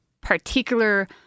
particular